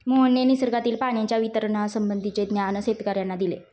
मोहनने निसर्गातील पाण्याच्या वितरणासंबंधीचे ज्ञान शेतकर्यांना दिले